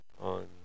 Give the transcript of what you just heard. on